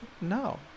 no